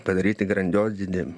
padaryti grandiozinį